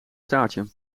staartje